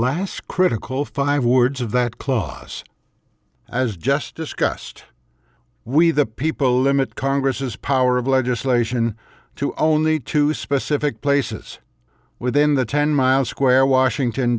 last critical five words of that clause as just discussed we the people limit congress's power of legislation to only two specific places within the ten miles square washington